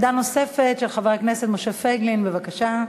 עמדה נוספת של חבר הכנסת משה פייגלין, בבקשה.